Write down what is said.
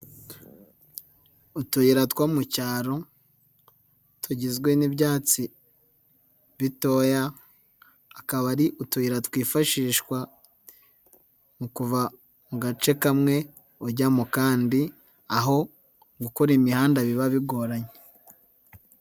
Utuyira two mu cyaro, tugizwe n'ibyatsi bitoya, akabari utuyira twifashishwa mu kuva mu gace kamwe ujyamo kandi, aho gukora imihanda biba bigoranye.